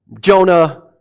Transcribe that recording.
Jonah